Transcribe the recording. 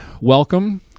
welcome